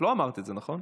את לא אמרת את זה, נכון?